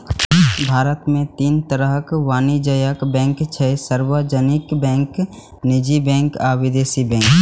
भारत मे तीन तरहक वाणिज्यिक बैंक छै, सार्वजनिक बैंक, निजी बैंक आ विदेशी बैंक